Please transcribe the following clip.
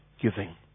giving